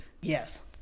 yes